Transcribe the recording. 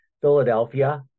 Philadelphia